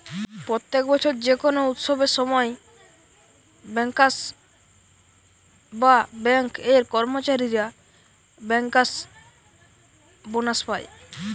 প্রত্যেক বছর যে কোনো উৎসবের সময় বেঙ্কার্স বা বেঙ্ক এর কর্মচারীরা বেঙ্কার্স বোনাস পায়